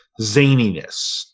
zaniness